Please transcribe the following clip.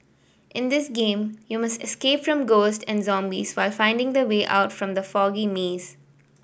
in this game you must escape from ghosts and zombies while finding the way out from the foggy maze